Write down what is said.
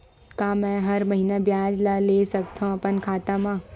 का मैं हर महीना ब्याज ला ले सकथव अपन खाता मा?